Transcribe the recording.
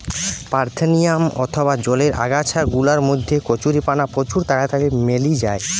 parthenium অথবা জলের আগাছা গুলার মধ্যে কচুরিপানা প্রচুর তাড়াতাড়ি মেলি যায়